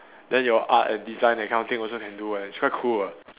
then your art and design that kind of thing also can do leh it's quite cool ah